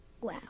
Wow